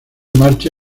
marcha